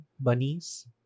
bunnies